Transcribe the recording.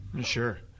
Sure